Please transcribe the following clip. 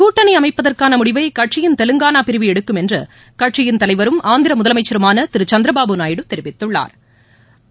கூட்டணி அமைப்பதற்கான முடிவை கட்சியின தெலங்கானா பிரிவு எடுக்கும் என்று கட்சியின் தலைவரும் ஆந்திர முதலமைச்சருமான திரு சந்திரபாபுநாயுடு தெரிவித்துள்ளாா்